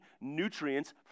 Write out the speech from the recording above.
nutrients